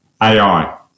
ai